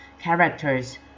characters